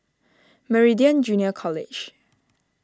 Meridian Junior College